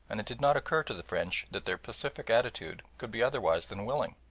and it did not occur to the french that their pacific attitude could be otherwise than willing.